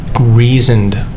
reasoned